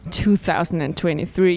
2023